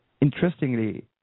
interestingly